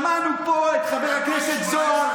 שמענו פה את חבר הכנסת זוהר,